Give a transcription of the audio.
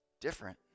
different